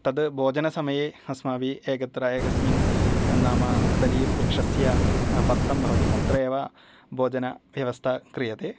तत् भोजनसमये अस्माभिः एकत्र एकस्मिन् नाम कदलीवृक्षस्य पत्रं भवति पत्रे एव भोजनव्यवस्था क्रियते